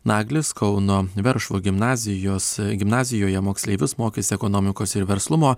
naglis kauno veršvų gimnazijos gimnazijoje moksleivius mokys ekonomikos ir verslumo